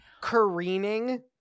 careening